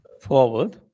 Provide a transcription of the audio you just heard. forward